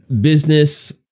business